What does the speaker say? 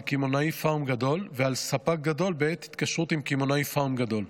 על קמעונאי פארם גדול ועל ספק גדול בעת התקשרות עם קמעונאי פארם גדול.